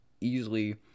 easily—